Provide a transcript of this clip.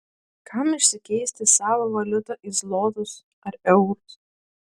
kam išsikeisti savą valiutą į zlotus ar eurus